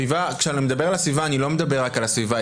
כשאני מדבר על הסביבה אני לא מדבר רק על הסביבה,